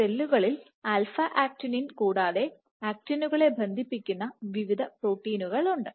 സെല്ലുകളിൽ alpha actinin α Actinin കൂടാതെ ആക്റ്റിനുകളെ തമ്മിൽ ബന്ധിപ്പിക്കുന്ന വിവിധ പ്രോട്ടീനുകൾ ഉണ്ട്